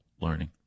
learning